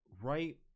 right